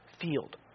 field